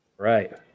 Right